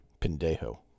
Pendejo